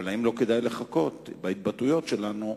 אבל האם לא כדאי לחכות בהתבטאויות שלנו,